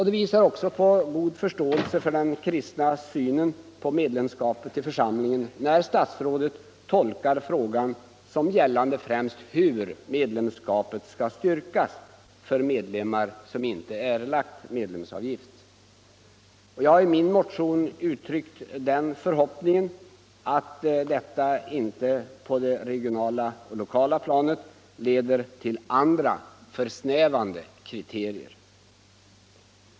Det visar också på god förståelse för den kristna synen på medlemskapet i församlingen när statsrådet tolkar frågan såsom gällande främst hur medlemskapet skall styrkas för medlemmar som inte erlagt medlemsavgift. Jag har i min motion uttryckt den förhoppningen att detta inte på det regionala och lokala planet leder till andra, försnävande kriterier.